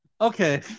Okay